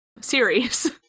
series